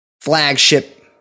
flagship